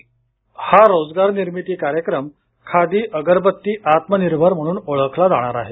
ध्वनी हा रोजगार निर्मिती कार्यक्रम खादी अगरबत्ती आत्मनिर्भर म्हणून ओळखला जाणार आहे